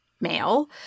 male